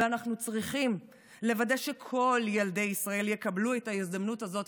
ואנחנו צריכים לוודא שכל ילדי ישראל יקבלו את ההזדמנות הזאת.